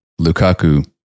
Lukaku